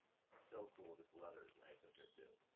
so cool, this leather is nice up here too.